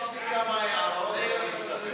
יש לי כמה הערות, אבל אני מסתפק.